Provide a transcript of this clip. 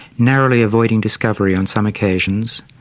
narrowly avoiding discovery on some occasions,